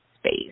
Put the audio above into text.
space